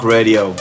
Radio